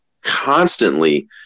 constantly